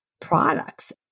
products